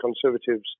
Conservatives